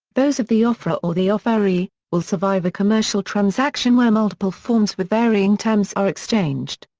those of the offeror or the offeree, will survive a commercial transaction where multiple forms with varying terms are exchanged.